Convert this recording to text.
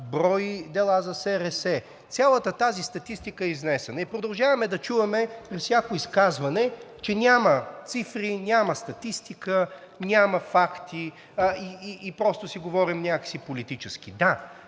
брой дела за СРС – цялата тази статистика е изнесена, и продължаваме да чуваме при всяко изказване, че няма цифри, няма статистика, няма факти и просто си говорим някак си политически. Да,